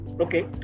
Okay